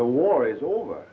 the war is over